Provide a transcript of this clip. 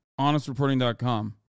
HonestReporting.com